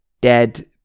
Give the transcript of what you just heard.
dead